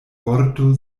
vorto